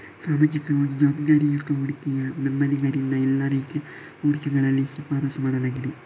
ಸಾಮಾಜಿಕವಾಗಿ ಜವಾಬ್ದಾರಿಯುತ ಹೂಡಿಕೆಯ ಬೆಂಬಲಿಗರಿಂದ ಎಲ್ಲಾ ರೀತಿಯ ಹೂಡಿಕೆಗಳಲ್ಲಿ ಶಿಫಾರಸು ಮಾಡಲಾಗಿದೆ